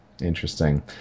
Interesting